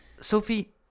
Sophie